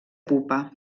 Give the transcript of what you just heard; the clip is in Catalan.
pupa